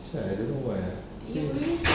so I don't know why ah